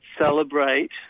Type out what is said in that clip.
celebrate